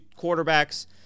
quarterbacks